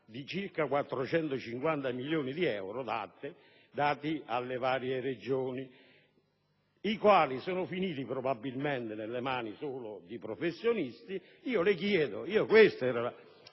di circa 450 milioni di euro dati alle varie Regioni che sono finiti, probabilmente, solo nelle mani di professionisti. Io le chiedo - questa era la